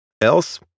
Else